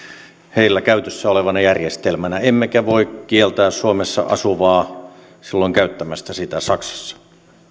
heillä käytössä olevana järjestelmänä emmekä voi kieltää suomessa asuvaa silloin käyttämästä sitä saksassa